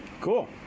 Cool